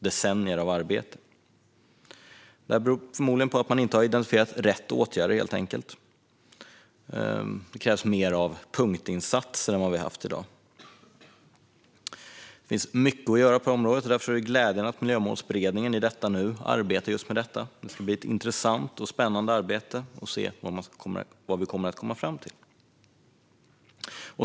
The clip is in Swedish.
Detta beror förmodligen på att man inte har identifierat rätt åtgärder. Det krävs mer av punktinsatser än vad vi har haft i dag. Det finns mycket att göra, och därför är det glädjande att Miljömålsberedningen i detta nu arbetar med detta. Det ska bli intressant och spännande att se vad man kommer fram till.